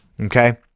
okay